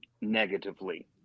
negatively